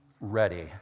ready